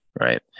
right